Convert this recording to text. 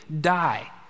die